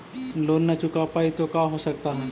Loan न चुका पाई तो का हो सकता है?